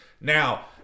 Now